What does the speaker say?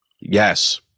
Yes